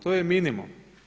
To je minimum.